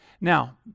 Now